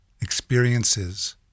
experiences